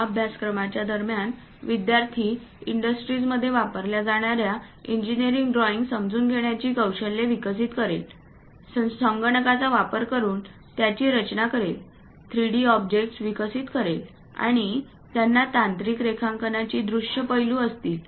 या अभ्यासक्रमाच्या दरम्यान विद्यार्थी इंडस्ट्रीजमध्ये वापरल्या जाणार्या इंजिनिअरिंग ड्रॉइंग समजून घेण्याची कौशल्ये विकसित करेल संगणकांचा वापर करुन त्यांची रचना करेल थ्रीडी ऑब्जेक्ट्स विकसित करेल आणि त्यांना तांत्रिक रेखांकनाची दृश्य पैलू असतील